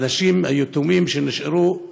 האנשים, היתומים שנשארו,